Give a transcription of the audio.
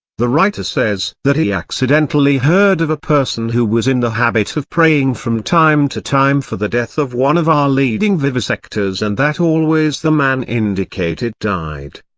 the writer says that he accidentally heard of a person who was in the habit of praying from time to time for the death of one of our leading vivisectors and that always the man indicated died.